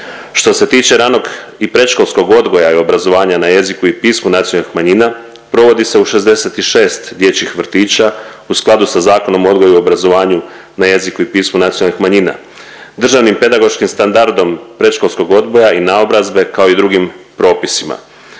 Što se tiče ranog i predškolskog odgoja i obrazovanja na jeziku i pismu nacionalnih manjina provodi se u 66 dječjih vrtića u skladu sa Zakonom o odgoju i obrazovanju na jeziku i pismu nacionalnih manjina, Državnim pedagoškim standardom predškolskog odgoja i naobrazbe, kao i drugim propisima.